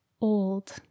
old